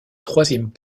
troisième